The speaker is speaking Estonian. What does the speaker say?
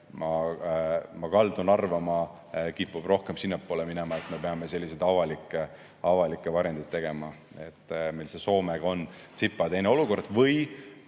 ma kaldun arvama, kipub rohkem sinnapoole minema, et me peame avalikke varjendeid tegema. Meil võrreldes Soomega on tsipa teine olukord. Või